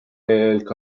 eelk